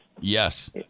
yes